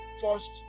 first